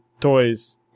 toys